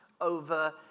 over